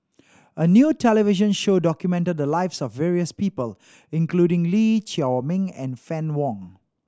a new television show documented the lives of various people including Lee Chiaw Meng and Fann Wong